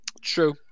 True